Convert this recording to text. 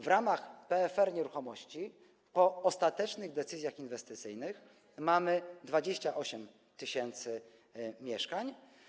W ramach PFR Nieruchomości po ostatecznych decyzjach inwestycyjnych mamy 28 tys. mieszkań.